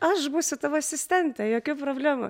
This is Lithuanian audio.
aš būsiu tavo asistentė jokių problemų